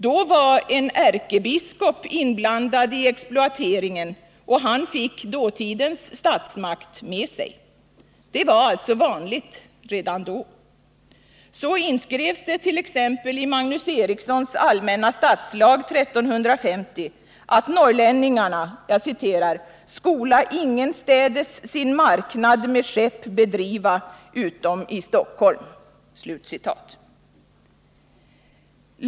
Då var en ärkebiskop inblandad i exploateringen, och han fick dåtidens statsmakt med sig. Det var alltså vanligt redan då. Så inskrevs det t.ex. i Magnus Erikssons allmänna stadslag 1350 att norrlänningarna ”skola ingenstädes sin marknad med skepp bedriva utom i Stockholm”.